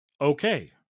okay